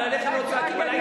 אבל עליך לא צועקים.